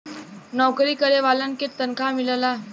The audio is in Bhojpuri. नऊकरी करे वालन के तनखा मिलला